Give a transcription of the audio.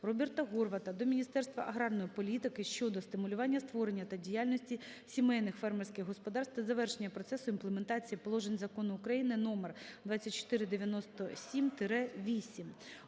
Роберта Горвата до Міністерства аграрної політики щодо стимулювання створення та діяльності сімейних фермерських господарств та завершення процесу імплементації положень Закону України № 2497-VIII.